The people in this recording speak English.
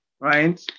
Right